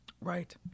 Right